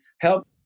help